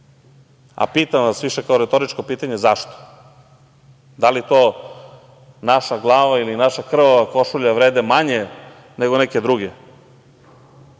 A pitam vas, više kao retoričko pitanje – zašto? Da li to naša glava ili naša krvava košulja vredi manje, nego neke druge?